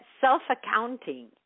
self-accounting